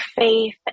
faith